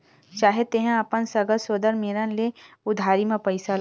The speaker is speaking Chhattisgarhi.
चाहे तेंहा अपन सगा सोदर मेरन ले उधारी म पइसा ला